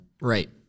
Right